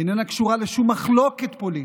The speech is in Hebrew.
איננה קשורה לשום מחלוקת פוליטית,